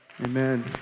Amen